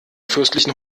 fürstlichen